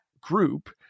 group